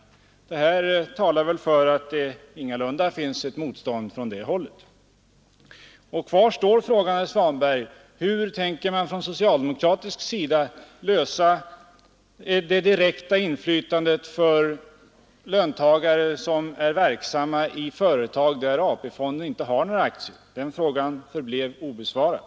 Det talar väl för att det ingalunda finns ett motstånd från det hållet. Kvar står frågan, herr Svanberg: Hur tänker man från socialdemokratisk sida lösa problemet om det direkta inflytandet för löntagare som är verksamma i företag där AP-fonden inte har några aktier? Den frågan förblev obesvarad.